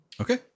Okay